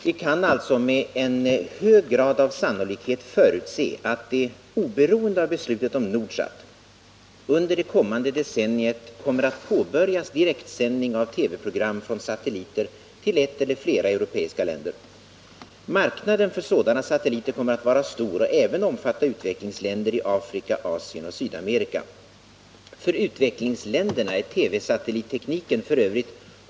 Vi kan alltså med en hög grad av sannolikhet förutse att det — oberoende av beslutet om Nordsat — under det kommande decenniet kommer att påbörjas direktsändning av TV-program från satelliter till ett eller flera europeiska länder. Marknaden för sådana satelliter kommer att vara stor och även omfatta utvecklingsländer i Afrika, Asien och Sydamerika. För utvecklingsländerna är TV-satellittekniken f.ö.